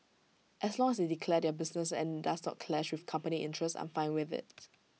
as long as they declare their business and IT does not clash with company interests I'm fine with IT